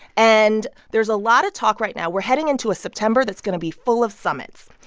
and there's a lot of talk right now. we're heading into a september that's going to be full of summits.